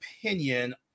opinion